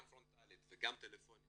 גם פרונטלית וגם טלפונית